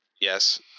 yes